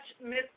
miss